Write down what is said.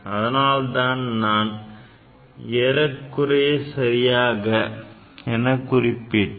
அதனால்தான் நான் ஏறக்குறைய சரியாக என குறிப்பிட்டேன்